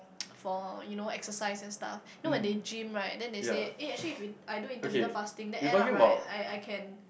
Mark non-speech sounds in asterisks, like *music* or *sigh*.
*noise* for you know exercise and stuff know when they gym right then they say eh actually if we I do intermittent fasting then end up right I I can